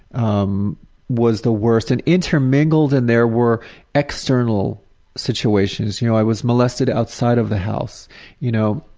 um was the worst. and intermingled in there were external situations. you, i was molested outside of the house you know,